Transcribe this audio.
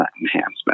enhancement